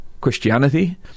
Christianity